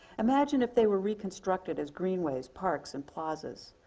imagine if they were reconstructed as green ways, parks, and plazas.